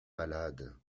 malade